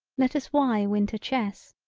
let us why winter chess,